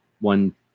one